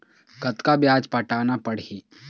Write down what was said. कतका ब्याज पटाना पड़ही?